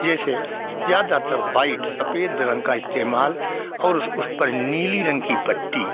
जैसे ज़्यादातर व्हाइट सफ़ेद रंग का इस्तेमाल और उस उस पर नीली रंग की पट्टी